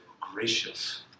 gracious